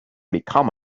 become